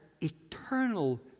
eternal